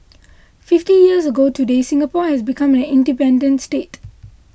fifty years ago today Singapore has become an independent state